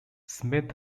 smith